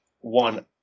one